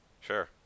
Sure